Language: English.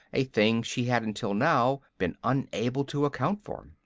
a thing she had until now been unable to account for.